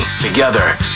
Together